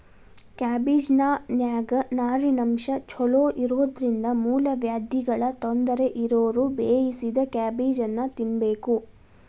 ಕ್ಯಾಬಿಜ್ನಾನ್ಯಾಗ ನಾರಿನಂಶ ಚೋಲೊಇರೋದ್ರಿಂದ ಮೂಲವ್ಯಾಧಿಗಳ ತೊಂದರೆ ಇರೋರು ಬೇಯಿಸಿದ ಕ್ಯಾಬೇಜನ್ನ ತಿನ್ಬೇಕು